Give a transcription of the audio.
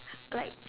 like